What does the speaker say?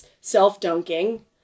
self-dunking